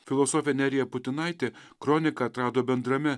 filosofė nerija putinaitė kroniką atrado bendrame